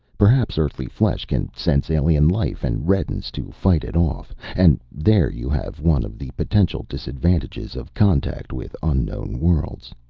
perhaps earthly flesh can sense alien life, and reddens to fight it off. and there you have one of the potential disadvantages of contact with unknown worlds.